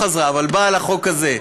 לא חזרה, אבל באה לחוק הזה.